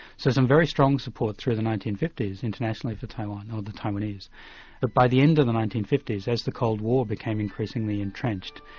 so some very strong support through the nineteen fifty s internationally for taiwan or the taiwanese. but by the end of the nineteen fifty s as the cold war became increasingly entrenched,